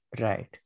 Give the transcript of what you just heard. Right